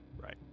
Right